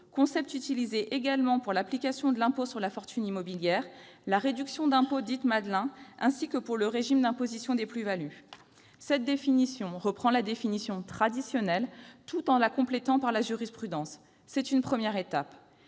concept qui est également utilisé pour l'application de l'impôt sur la fortune immobilière et de la réduction d'impôt dite « Madelin », ainsi que pour le régime d'imposition des plus-values. Nous avons repris la définition traditionnelle tout en la complétant par la jurisprudence. C'est une première étape.